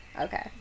Okay